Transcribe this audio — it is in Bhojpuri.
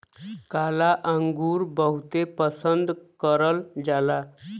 काला अंगुर बहुते पसन्द करल जाला